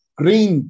green